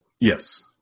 Yes